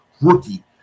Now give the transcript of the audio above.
Rookie